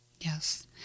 Yes